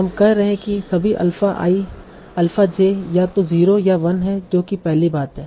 हम कह रहे हैं कि सभी अल्फ़ा i अल्फ़ा j या तो 0 या 1 हैं जो कि पहली बात है